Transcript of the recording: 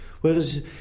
Whereas